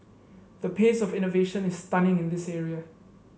the pace of innovation is stunning in this area